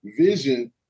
vision